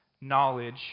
knowledge